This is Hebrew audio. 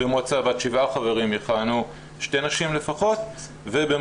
במועצה בת שבעה חברים יכהנו שתי נשים לפחות ובמועצות